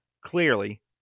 Clearly